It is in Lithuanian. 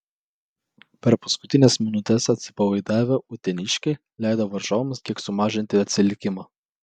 per paskutines minutes atsipalaidavę uteniškiai leido varžovams kiek sumažinti atsilikimą